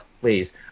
please